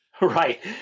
Right